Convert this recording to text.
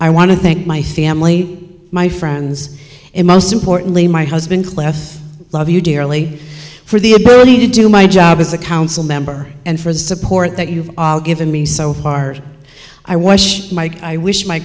i want to thank my family my friends and most importantly my husband clefts love you dearly for the ability to do my job as a council member and for the support that you've given me so i wash my wish my